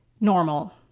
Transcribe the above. normal